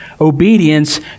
Obedience